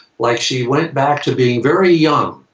like she went back to being very young,